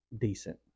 decent